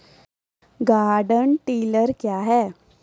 Garden tiller क्या हैं?